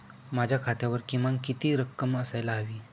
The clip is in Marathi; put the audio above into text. माझ्या खात्यावर किमान किती रक्कम असायला हवी?